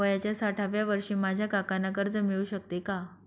वयाच्या साठाव्या वर्षी माझ्या काकांना कर्ज मिळू शकतो का?